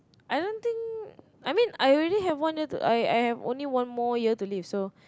I don't think I mean I already have one year to I I have only one more year to live so